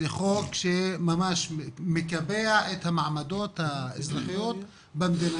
זה חוק שממש מקבע את המעמדות האזרחיות במדינה.